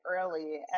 early